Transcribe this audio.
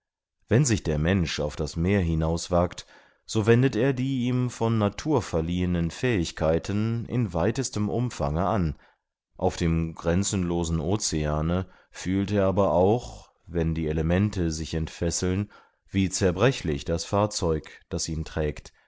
wenn sich der mensch auf das meer hinauswagt so wendet er die ihm von natur verliehenen fähigkeiten in weitestem umfange an auf dem grenzenlosen oceane fühlt er aber auch wenn die elemente sich entfesseln wie zerbrechlich das fahrzeug das ihn trägt